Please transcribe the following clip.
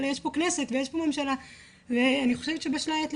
אלא יש פה כנסת ויש פה ממשלה ואני חושבת שבשלה העת,